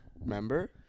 remember